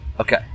okay